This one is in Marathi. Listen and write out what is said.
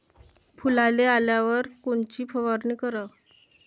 फुलाले आल्यावर कोनची फवारनी कराव?